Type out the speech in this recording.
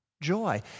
joy